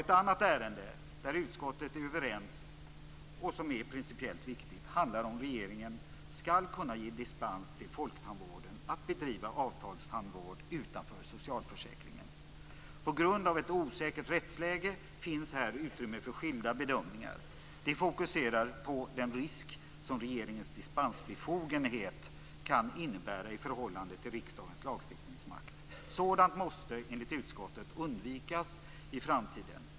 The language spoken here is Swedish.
Ett annat ärende där utskottet är överens och som är principiellt viktigt handlar om ifall regeringen skall kunna ge dispens till folktandvården att bedriva avtalstandvård utanför socialförsäkringen. På grund av ett osäkert rättsläge finns här utrymme för skilda bedömningar. Det fokuserar på den risk som regeringens dispensbefogenhet kan innebära i förhållande till riksdagens lagstiftningsmakt. Sådant måste enligt utskottet undvikas i framtiden.